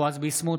בועז ביסמוט,